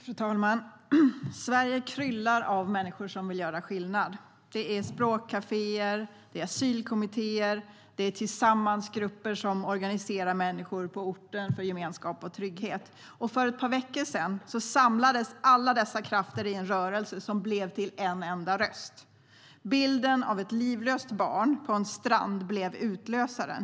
Fru talman! Sverige kryllar av människor som vill göra skillnad. Det är språkkaféer, asylkommittéer och tillsammansgrupper som organiserar människor på orten för gemenskap och trygghet. För ett par veckor sedan samlades alla dessa krafter i en rörelse som blev till en enda röst. Bilden av ett livlöst barn på en strand blev utlösaren.